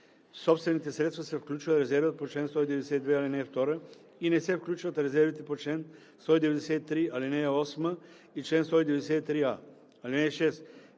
собствените средства се включва резервът по чл. 192, ал. 2 и не се включват резервите по чл. 193, ал. 8 и чл. 193а.